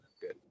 Good